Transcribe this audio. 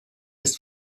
ist